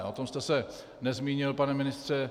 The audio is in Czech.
O tom jste se nezmínil, pane ministře.